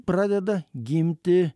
pradeda gimti